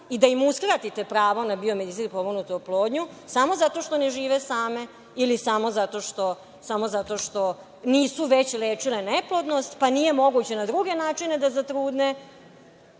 i da im uskratite pravo na biomedicinski potpomognutu oplodnju samo zato što ne žive same ili samo zato što nisu već lečile neplodnost, pa nije moguće na druge načine da zatrudne,